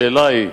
השאלה היא: